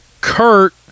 Kurt